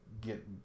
get